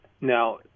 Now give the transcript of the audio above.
Now